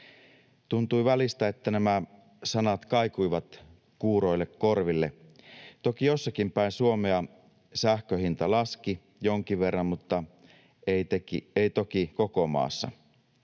Tuntui välistä, että nämä sanat kaikuivat kuuroille korville. Toki jossakin päin Suomea sähkön hinta laski jonkin verran, mutta ei toki koko maassa.